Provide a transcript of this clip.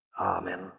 Amen